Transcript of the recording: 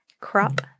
crop